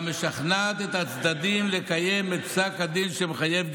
משכנעת את הצדדים לקיים את פסק הדין שמחייב גירושין.